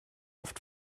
oft